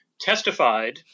testified